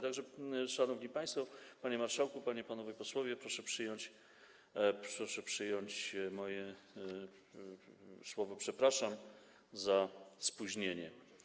Tak że szanowni państwo, panie marszałku, panie i panowie posłowie, proszę przyjąć moje słowa: przepraszam za spóźnienie.